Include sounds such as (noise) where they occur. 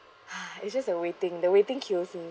(noise) it's just the waiting the waiting kills me